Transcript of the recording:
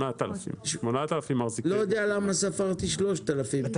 8,000. לא יודע למה ספרתי 3,000,